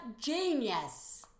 genius